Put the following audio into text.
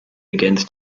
against